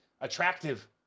attractive